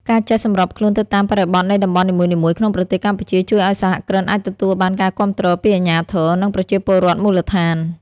ការចេះសម្របខ្លួនទៅតាមបរិបទនៃតំបន់នីមួយៗក្នុងប្រទេសកម្ពុជា ជួយឱ្យសហគ្រិនអាចទទួលបានការគាំទ្រពីអាជ្ញាធរ និងប្រជាពលរដ្ឋមូលដ្ឋាន។